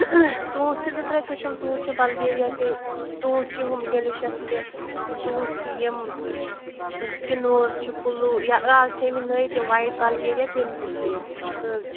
ژوٗنٛٹھۍ چھِ زٕ ترٛےٚ قٕسٕم ژوٗنٛٹھۍ چھِ بَلگیرِیا چھِ ژوٗنٛٹھۍ چھِ یِم ڈیلِشیٚس چھِ ژوٗنٛٹھۍ چھِ یِم کِنوٗز چھِ پُلوٗ یا اَز چھِ آمِتۍ نٔے تِم وایِٹ بَلگیرِیا تِم تہِ چھِ ییٚتہِ